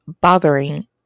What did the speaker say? bothering